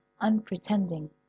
unpretending